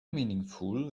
meaningful